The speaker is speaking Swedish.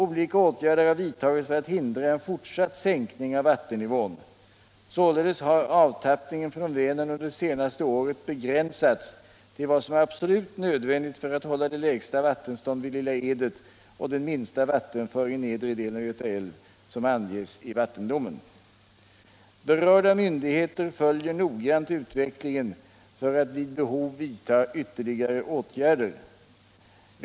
Olika åtgärder har vidtagits för att hindra en fortsatt sänkning av vattennivån. Således har avtappningen från Vänern under det senaste året begränsats till vad som är absolut nödvändigt för att hålla det lägsta vattenstånd vid Lilla Edet och den minsta vattenföring i nedre delen av Göta älv som anges i vattendomen. Berörda myndigheter följer noggrant utvecklingen för att vid behov vidta ytterligare åtgärder.